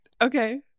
Okay